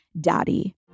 daddy